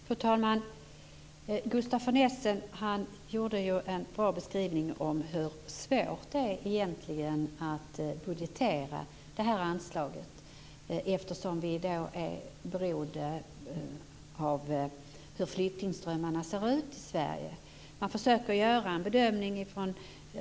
Fru talman! Gustaf von Essen gjorde en bra beskrivning av hur svårt det egentligen är att budgetera det här anslaget eftersom vi i dag är beroende av hur stora flyktingströmmarna till Sverige är.